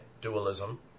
dualism